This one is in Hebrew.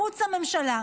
ממחוץ לממשלה.